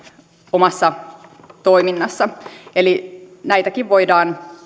omassa toiminnassa eli näitäkin voidaan